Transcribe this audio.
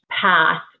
path